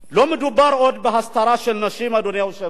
לא מדובר עוד בהסתרה של נשים, אדוני היושב-ראש,